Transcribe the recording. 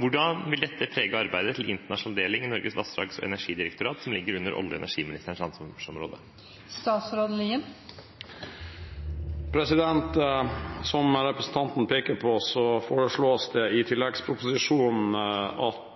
Hvordan vil dette prege arbeidet til internasjonal avdeling i Norges vassdrags- og energidirektorat, som ligger under olje- og energiministerens ansvarsområde?» Som representanten peker på, foreslås det i tilleggsproposisjonen at